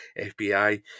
FBI